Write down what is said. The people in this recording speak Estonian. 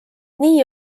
nii